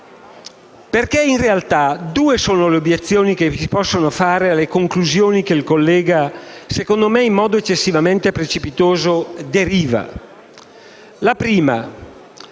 In realtà due sono le obiezioni che si possono sollevare alle conclusioni che il collega, secondo me in modo eccessivamente precipitoso, trae.